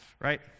Right